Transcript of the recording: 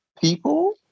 people